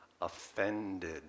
offended